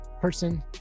person